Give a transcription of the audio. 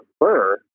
prefer